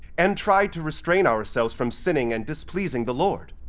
and tried to restrain ourselves from sinning and displeasing the lord,